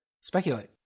Speculate